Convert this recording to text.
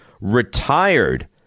retired